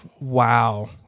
Wow